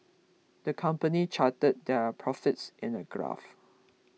the company charted their profits in a graph